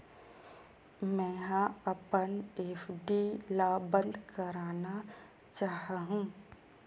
मेंहा अपन एफ.डी ला बंद करना चाहहु